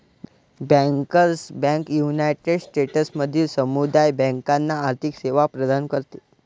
bankers bank United स्टेट्समधील समुदाय बँकांना आर्थिक सेवा प्रदान करते